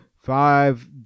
five